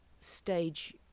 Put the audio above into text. stage